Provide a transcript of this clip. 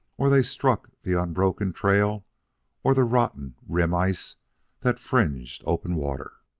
or they struck the unbroken trail or the rotten rim-ice that fringed open water.